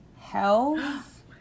Health